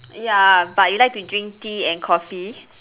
ya but you like to drink tea and coffee